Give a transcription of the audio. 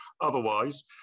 otherwise